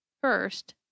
First